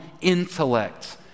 intellect